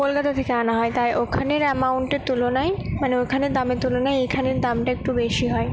কলকাতা থেকে আনা হয় তাই ওখানের অ্যামাউন্টের তুলনায় মানে ওইখানের দামের তুলনায় এখানের দামটা একটু বেশি হয়